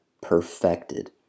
perfected